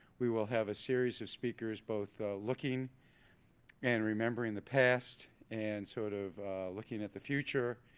we will have a series of speakers both looking and remembering the past, and sort of looking at the future,